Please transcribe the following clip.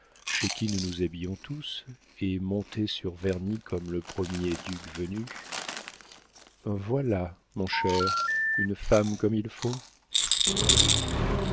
chez qui nous nous habillons tous et monté sur vernis comme le premier duc venu voilà mon cher une femme comme il faut